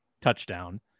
touchdown